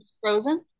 frozen